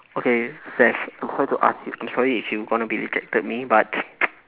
okay saif I'm sorry to ask you I'm sorry if you going to be rejected me but